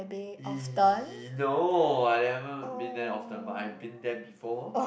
y~ no I never been there often but I've been there before